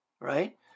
right